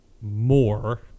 more